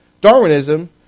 Darwinism